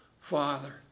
Father